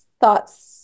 thoughts